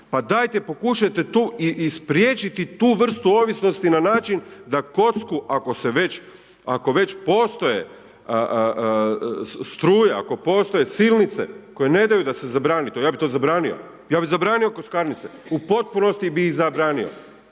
Pa dajte pokušajte tu i spriječiti tu vrstu ovisnosti na način da kocku ako se već postoje struja, ako postoje silnice koje ne daju da se zabrani to, ja bi to zabranio, ja bi zabranio kockarnice, u potpunosti bi ih zabranio